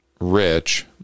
rich